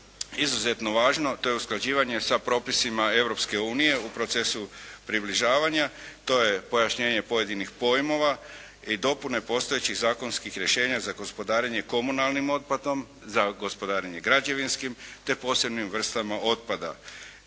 izuzetno važno, to je usklađivanje sa propisima Europske unije u procesu približavanja, to je pojašnjenje pojedinih pojmova i dopune postojećih zakonskih rješenja za gospodarenje komunalnim otpadom, za gospodarenje građevinskim te posebnim vrstama otpada.